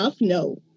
no